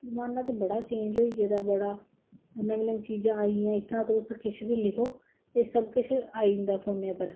जमाना ते बड़ा चेंज होई गेदा बड़ा नमीं नमीं चीजां आई गेदियां इत्थै तुस किश बी लिखदे हो सब किश आई जंदा फोने च